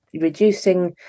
reducing